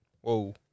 Whoa